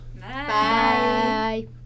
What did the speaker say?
Bye